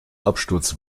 absturz